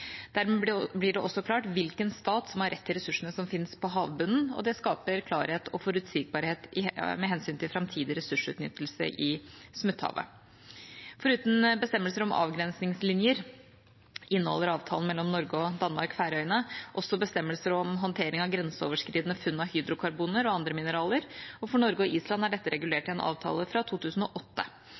Dermed blir det også klart hvilken stat som har rett til ressursene som fins på havbunnen, og det skaper klarhet og forutsigbarhet med hensyn til framtidig ressursutnyttelse i Smutthavet. Foruten bestemmelser om avgrensningslinjer inneholder avtalen mellom Norge og Danmark/Færøyene også bestemmelser om håndtering av grenseoverskridende funn av hydrokarboner og andre mineraler, og for Norge og Island er dette regulert i en avtale fra 2008.